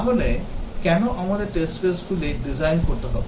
তাহলে কেন আমাদের test case গুলি ডিজাইন করতে হবে